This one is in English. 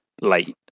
late